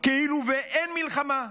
כאילו אין מלחמה?